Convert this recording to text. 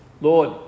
Lord